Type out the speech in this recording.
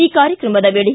ಈ ಕಾರ್ಯಕ್ರಮದ ವೇಳೆ